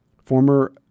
Former